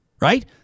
right